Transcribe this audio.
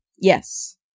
Yes